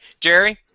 Jerry